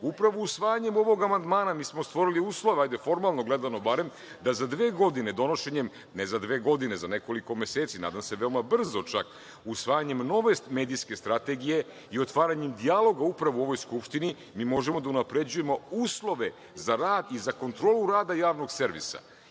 godinu. Upravo usvajanjem ovog amandmana mi smo stvorili uslove, hajde formalno gledano barem, da za dve godine donošenjem, ne za dve godine, za nekoliko meseci, nadam se veoma brzo čak, usvajanjem nove medijske strategije i otvaranjem dijaloga upravo u ovoj Skupštini, mi možemo da unapređujemo uslove za rad i za kontrolu rada Javnog servisa. Ja